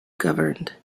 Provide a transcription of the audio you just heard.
governed